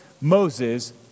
Moses